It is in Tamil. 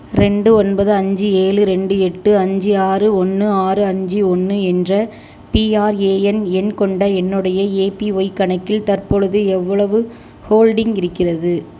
ரெண்டு ஒன்பது அஞ்சு ஏழு ரெண்டு எட்டு அஞ்சு ஆறு ஒன்று ஆறு அஞ்சு ஒன்று என்ற பிஆர்ஏஎன் எண் கொண்ட என்னுடைய ஏபிஒய் கணக்கில் தற்பொழுது எவ்வளவு ஹோல்டிங் இருக்கிறது